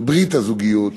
לברית הזוגיות.